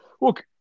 look